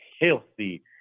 healthy